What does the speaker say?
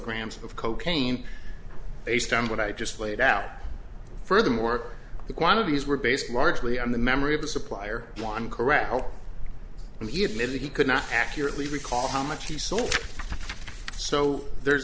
grams of cocaine based on what i just laid out furthermore the quantities were based largely on the memory of the supplier one corral and he admitted he could not accurately recall how much he sold so there's